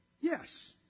Yes